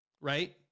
right